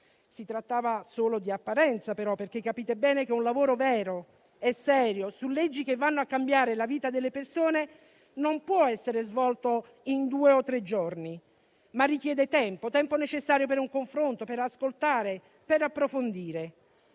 Si trattava solo di apparenza, però, perché capite bene che un lavoro vero e serio su leggi che vanno a cambiare la vita delle persone non può essere svolto in due o tre giorni, ma richiede tempo: il tempo necessario per un confronto, per ascoltare, per approfondire.